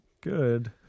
good